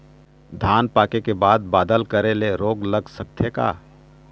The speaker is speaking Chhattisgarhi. धान पाके के बाद बादल करे ले रोग लग सकथे का?